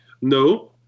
no